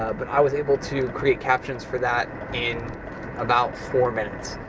ah but i was able to create captions for that in about four minutes,